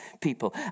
people